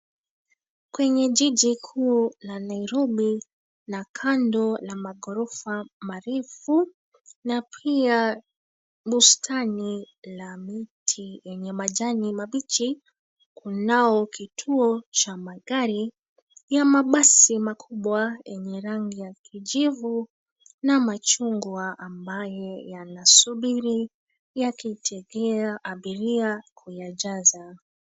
Kwenye jiji kuu la Nairobi la kando la maghorofa marefu na pia bustani la miti enye majani mabichi, kunao kituo cha magari ya mabasi makubwa enye rangi ya kijivu na machungwa ambaye yanasubiri yakitegea abiria kuyajaza.